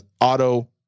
auto